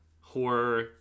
Horror